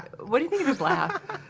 what do you think of his laugh?